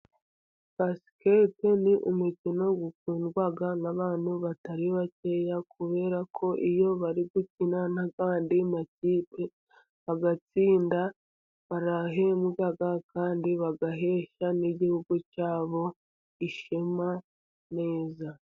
Basiketi ni umukino ukundwa n' abantu batari bakeya, kubera ko iyo bari gukina n' andi makipe bagatsinda, barahembwa kandi bagahesha n' igihugu cyabo ishema neza.